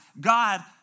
God